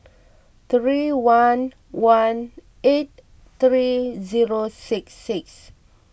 three one one eight three zero six six